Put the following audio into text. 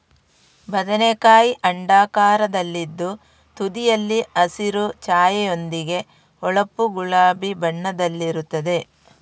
ಬದನೆಕಾಯಿ ಅಂಡಾಕಾರದಲ್ಲಿದ್ದು ತುದಿಯಲ್ಲಿ ಹಸಿರು ಛಾಯೆಯೊಂದಿಗೆ ಹೊಳಪು ಗುಲಾಬಿ ಬಣ್ಣದಲ್ಲಿರುತ್ತದೆ